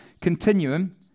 continuum